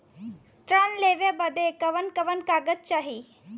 ऋण लेवे बदे कवन कवन कागज चाही?